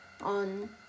on